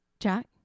Jack